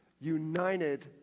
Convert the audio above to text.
united